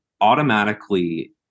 automatically